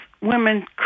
women